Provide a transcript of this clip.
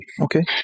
Okay